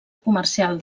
comercial